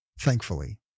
thankfully